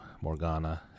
Morgana